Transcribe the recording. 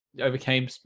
overcame